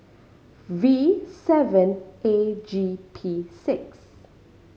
V seven A G P six